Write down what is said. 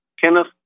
Kenneth